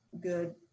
good